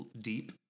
deep